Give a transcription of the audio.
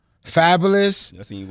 Fabulous